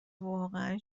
واقعا